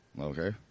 Okay